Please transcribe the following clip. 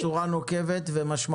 אמרת את זה בצורה נוקבת ומשמעותית.